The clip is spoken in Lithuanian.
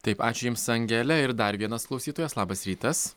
taip ačiū jums angele ir dar vienas klausytojas labas rytas